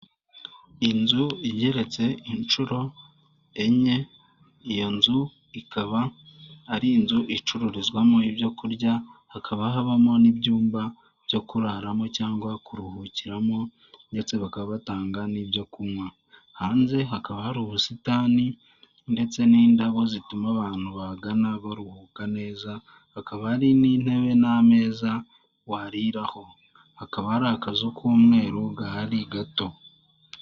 Inzu igereretse inshuro enye iyo nzu ikaba ari inzu icururizwamo ibyo kurya hakaba habamo n'ibyumba byo kuraramo cyangwa kuruhukiramo ndetse bakaba batanga n'ibyo kunywa, hanze hakaba hari ubusitani ndetse n'indabo zituma abantu bagana baruhuka neza hakaba hari n'intebe n'ameza wariraraho hakaba ari akazu k'umweru gahari gato.